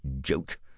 joke